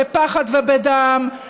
בפחד ובדם,